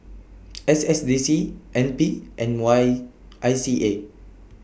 S S D C N P and Y I C A